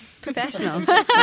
Professional